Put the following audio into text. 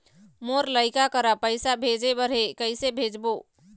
मोर लइका करा पैसा भेजें बर हे, कइसे भेजबो?